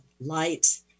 light